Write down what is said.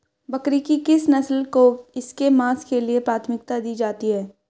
बकरी की किस नस्ल को इसके मांस के लिए प्राथमिकता दी जाती है?